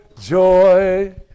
joy